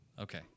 Okay